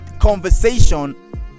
conversation